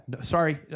sorry